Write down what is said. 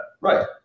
Right